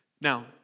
Now